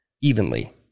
evenly